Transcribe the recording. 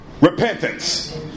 repentance